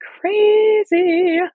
crazy